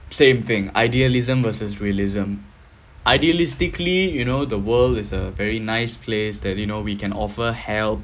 same thing idealism versus realism idealistically you know the world is a very nice place that you know we can offer help